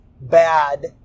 bad